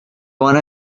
one